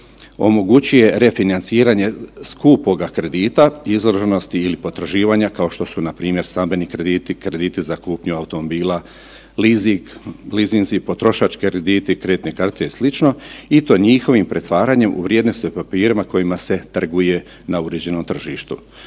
omogućuje refinanciranje skupoga kredita, .../Govornik se ne razumije./... ili potraživanja, kao što su npr. stambeni krediti, krediti za kupnju automobila, leasing, leasinzi, potrošački krediti, kreditne karte i sl. i to njihovim pretvaranjem u vrijednosne papire kojima se trguje na uređenom tržištu,